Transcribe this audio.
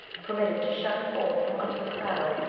permitted to shine forth from under the cloud,